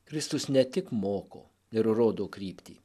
kristus ne tik moko ir rodo kryptį